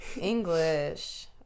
English